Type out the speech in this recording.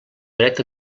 dret